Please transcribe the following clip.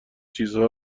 چیزها